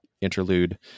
interlude